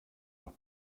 nach